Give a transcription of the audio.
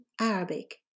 Arabic